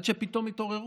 עד שפתאום התעוררו.